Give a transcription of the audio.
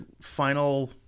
final